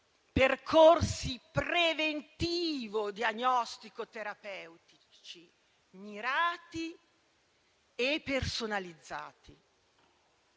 percorsi preventivo-diagnostico-terapeutici mirati e personalizzati.